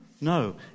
No